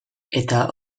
eta